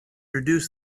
reduce